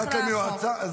את יודעת למי הוא עזר?